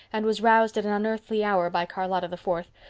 and was roused at an unearthly hour by charlotta the fourth.